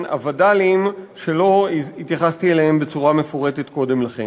הווד"לים שלא התייחסתי אליהן בצורה מפורטת קודם לכן.